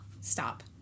Stop